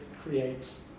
creates